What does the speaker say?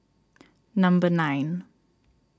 number nine